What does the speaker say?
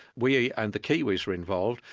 we and the kiwis were involved,